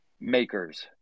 Makers